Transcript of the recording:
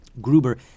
Gruber